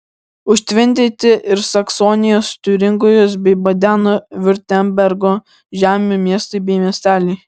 užtvindyti ir saksonijos tiuringijos bei badeno viurtembergo žemių miestai bei miesteliai